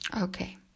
Okay